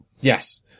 Yes